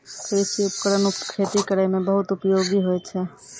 कृषि उपकरण खेती करै म बहुत उपयोगी होय छै